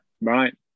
Right